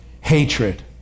Hatred